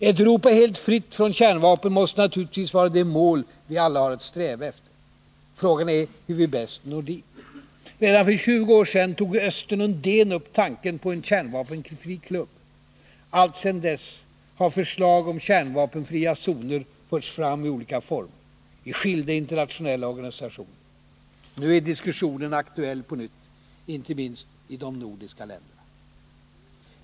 Ett Europa helt fritt från kärnvapen måste naturligtvis vara det mål vi alla har att sträva efter. Frågan är hur vi bäst når dit. Redan för 20 år sedan tog Östen Undén upp tanken på en kärnvapenfri klubb. Alltsedan dess har förslag om kärnvapenfria zoner förts fram i olika former, i skilda internationella organisationer. Nu är diskussionen aktuell på nytt, inte minst i de nordiska länderna.